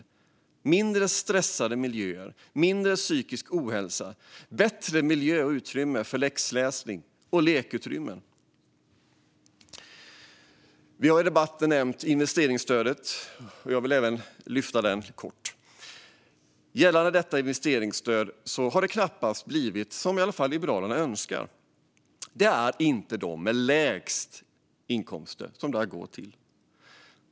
De ska få mindre stressade miljöer, mindre psykisk ohälsa, bättre miljö och utrymme för läxläsning samt lekutrymmen. Vi har i debatten även nämnt investeringsstödet. Jag vill kort ta upp det. Det har ju knappast blivit som Liberalerna önskar. Det är inte dem med lägst inkomster som det går till.